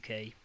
UK